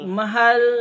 mahal